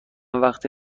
وقتی